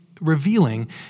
revealing